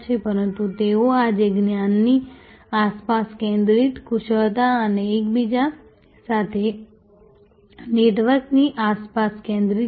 પરંતુ તેઓ આજે જ્ઞાનની આસપાસ કેન્દ્રિત કુશળતા અને એકબીજા સાથેના નેટવર્કની આસપાસ કેન્દ્રિત છે